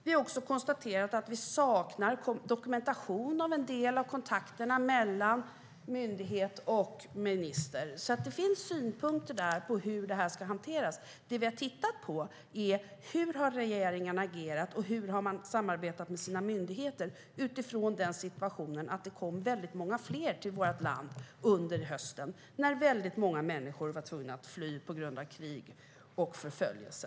Vi har också konstaterat att vi saknar dokumentation om en del av kontakterna mellan myndighet och minister. Det finns alltså synpunkter där på hur detta ska hanteras. Det som vi har tittat på är hur regeringen har agerat och hur man har samarbetat med sina myndigheter utifrån situationen att det kom väldigt många fler till vårt land under hösten då väldigt många människor var tvungna att fly på grund av krig och förföljelse.